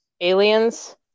Aliens